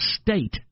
state